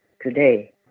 today